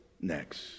next